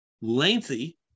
lengthy